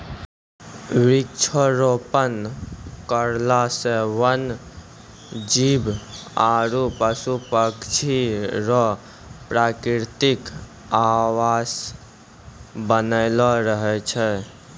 वृक्षारोपण करला से वन जीब आरु पशु पक्षी रो प्रकृतिक आवास बनलो रहै छै